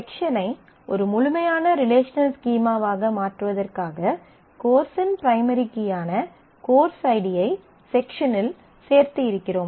செக்ஷனை ஒரு முழுமையான ரிலேஷனல் ஸ்கீமாவாக மாற்றுவதற்காக கோர்ஸின் பிரைமரி கீயான கோர்ஸ் ஐடியை செக்ஷனில் சேர்த்து இருக்கிறோம்